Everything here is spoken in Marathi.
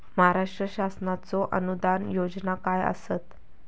महाराष्ट्र शासनाचो अनुदान योजना काय आसत?